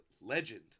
legend